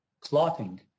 clotting